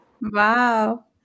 Wow